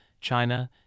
China